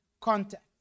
contact